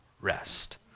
rest